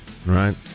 Right